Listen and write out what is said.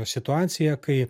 situaciją kai